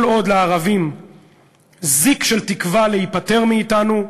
"כל עוד לערבים זיק של תקווה להיפטר מאתנו,